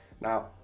now